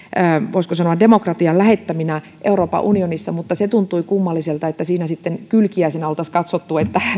voisiko sanoa demokratian lähettäminä euroopan unionissa mutta se tuntui kummalliselta että siinä sitten kylkiäisenä oltaisiin katsottu että